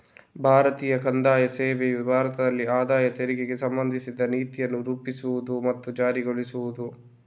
ಭಾರತೀಯ ಕಂದಾಯ ಸೇವೆಯು ಭಾರತದಲ್ಲಿ ಆದಾಯ ತೆರಿಗೆಗೆ ಸಂಬಂಧಿಸಿದ ನೀತಿಯನ್ನು ರೂಪಿಸುವುದು ಮತ್ತು ಜಾರಿಗೊಳಿಸುವುದು